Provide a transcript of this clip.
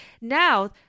Now